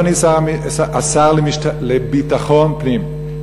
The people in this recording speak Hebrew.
אדוני השר לביטחון פנים,